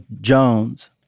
Jones